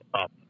up